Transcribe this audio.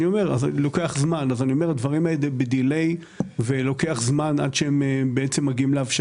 אנחנו יודעים שמגיע לילדים עם אוטיזם משהו כמו 14 ימים